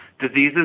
diseases